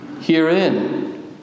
Herein